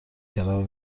کلمه